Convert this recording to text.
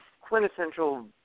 quintessential